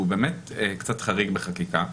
שהוא באמת קצת חריג בחקיקה.